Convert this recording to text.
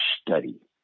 study